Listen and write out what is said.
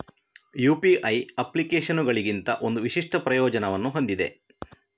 UPI ಅಪ್ಲಿಕೇಶನುಗಳಿಗಿಂತ ಒಂದು ವಿಶಿಷ್ಟ ಪ್ರಯೋಜನವನ್ನು ಹೊಂದಿದೆ